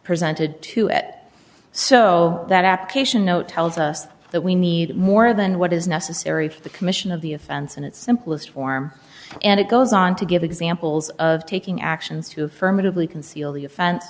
presented to at so that application note tells us that we need more than what is necessary for the commission of the offense and its simplest form and it goes on to give examples of taking actions to affirmatively conceal the offen